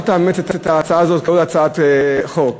לא תאמץ את ההצעה הזאת כעוד הצעת חוק.